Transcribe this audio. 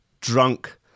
drunk